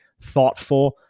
thoughtful